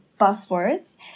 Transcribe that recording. buzzwords